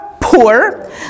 poor